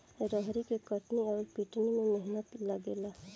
रहरी के कटनी अउर पिटानी में मेहनत लागेला